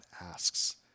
asks